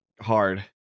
hard